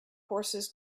horses